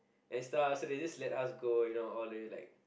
and stuff so they just let us go you know all the way like